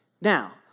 Now